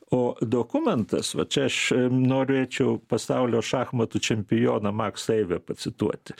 o dokumentas va čia aš norėčiau pasaulio šachmatų čempioną maksą eivę pacituoti